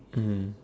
mmhmm